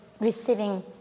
receiving